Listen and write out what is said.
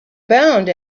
bound